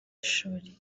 ishuri